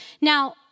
Now